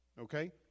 Okay